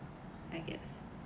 I guess